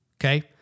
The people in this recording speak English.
okay